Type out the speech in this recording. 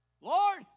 Lord